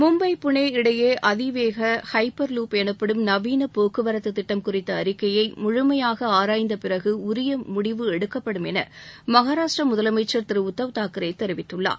மும்பை பூனே இடையே அதிவேக hyperloop எனப்படும் நவீன போக்குவரத்து திட்டம் குறித்த அறிக்கையை முழுமையாக ஆராய்ந்த பிறகு உரிய முடிவு எடுக்கப்படும் என மகாராஷ்ட்ரா முதலமைச்சர் திரு உத்தவ் தாக்கரே தெரிவித்துள்ளார்